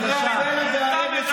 את דברי הבלע וההבל שלך שמעתי.